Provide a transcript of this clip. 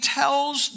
tells